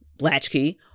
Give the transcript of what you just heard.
latchkey